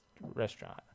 restaurant